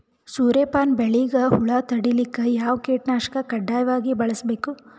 ಸೂರ್ಯಪಾನ ಬೆಳಿಗ ಹುಳ ತಡಿಲಿಕ ಯಾವ ಕೀಟನಾಶಕ ಕಡ್ಡಾಯವಾಗಿ ಬಳಸಬೇಕು?